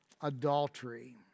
adultery